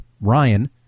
Ryan